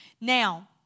Now